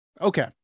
Okay